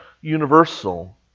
universal